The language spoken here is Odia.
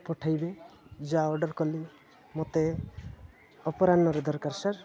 ପଠେଇବେ ଯାହା ଅର୍ଡ଼ର କଲି ମୋତେ ଅପରାହ୍ନରେ ଦରକାର ସାର୍